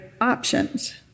options